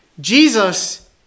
Jesus